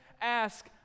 ask